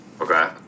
Okay